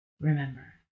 remember